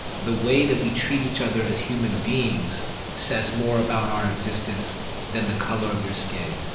the way that we treat each other as human beings says more about our existence than the color of your skin.